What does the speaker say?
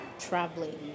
traveling